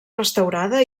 restaurada